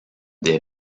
des